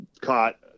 caught